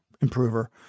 improver